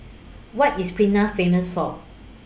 What IS Pristina Famous For